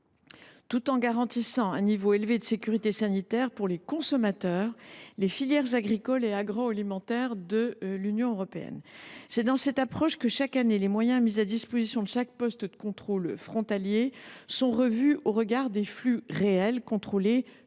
tout en garantissant un niveau élevé de sécurité sanitaire pour les consommateurs et pour les filières agricoles et agroalimentaires de l’Union européenne. C’est dans cette perspective que, chaque année, les moyens mis à disposition de chaque poste de contrôle frontalier sont revus au regard des flux réels contrôlés